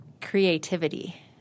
creativity